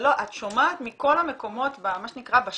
את שומעת מכל המקומות בשטח,